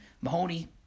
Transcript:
Mahoney